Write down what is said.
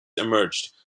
emerged